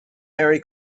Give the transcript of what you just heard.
merry